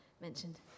mentioned